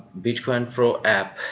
bitcoin pro app